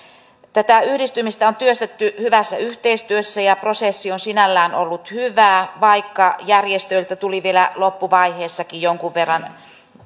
tätä yhdistymistä on työstetty hyvässä yhteistyössä ja prosessi on sinällään ollut hyvä vaikka järjestöiltä tuli vielä loppuvaiheessakin jonkun verran